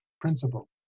principle